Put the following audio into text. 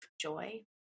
joy